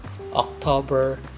October